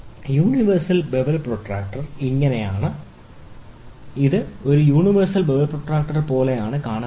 universal bevel protractor ഇങ്ങനെയാണ് ഇത് ഒരു യൂണിവേഴ്സൽ ബെവൽ പ്രൊട്ടക്റ്റർ പോലെ കാണപ്പെടുന്നത്